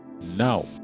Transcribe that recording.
now